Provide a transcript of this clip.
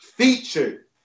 Featured